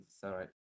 sorry